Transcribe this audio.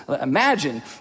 imagine